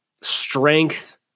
strength